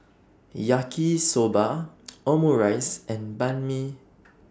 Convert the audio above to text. Yaki Soba Omurice and Banh MI